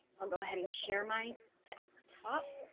i'll go ahead and share my desktop.